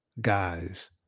guys